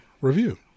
review